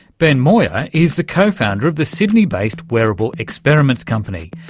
ben moir is the co-founder of the sydney-based wearable experiments company,